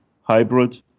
hybrid